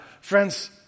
Friends